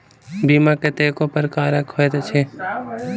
बीमा कतेको प्रकारक होइत अछि